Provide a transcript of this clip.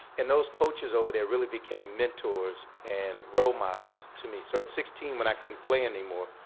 and those coaches over there really became mentors and role models to me. so at sixteen when i couldn't play anymore,